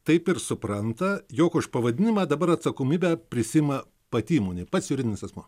taip ir supranta jog už pavadinimą dabar atsakomybę prisiima pati įmonė pats juridinis asmuo